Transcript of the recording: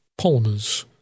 polymers